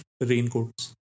raincoats